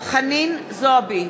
חנין זועבי,